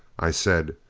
i said,